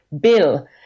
bill